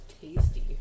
tasty